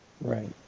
Right